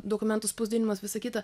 dokumentų spausdinimas visa kita